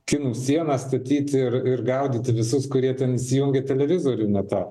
kinų sieną statyti ir ir gaudyti visus kurie ten įsijungę televizorių na tą